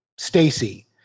Stacy